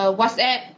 WhatsApp